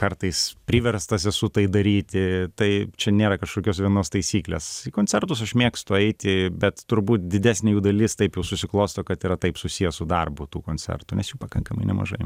kartais priverstas esu tai daryti tai čia nėra kažkokios vienos taisyklės į koncertus aš mėgstu eiti bet turbūt didesnė jų dalis taip jau susiklosto kad yra taip susiję su darbu tų koncertų nes jų pakankamai nemažai